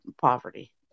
poverty